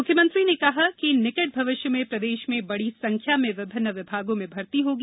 मुख्यमंत्री ने कहा कि निकट भविष्य में प्रदेश में बड़ी संख्या में विभिन्न विभागों में भर्ती होगी